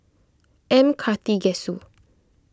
M Karthigesu